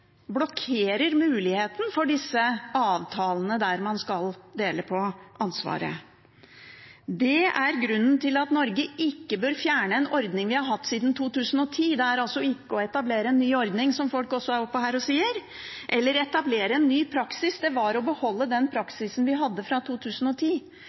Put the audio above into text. blokkerer muligheten for disse avtalene der man skal dele på ansvaret. Det er grunnen til at Norge ikke bør fjerne en ordning vi har hatt siden 2010. Det er altså ikke å etablere en ny ordning, som folk også er oppe her og sier, eller etablere en ny praksis, det ville være å beholde den